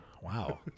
Wow